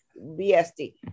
BSD